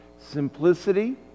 simplicity